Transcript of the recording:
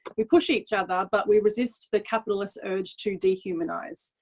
we push each other, but we resist the capitalist urge to dehumanise.